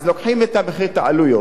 אז לוקחים את העלויות,